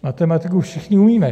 Matematiku všichni umíme.